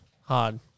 hard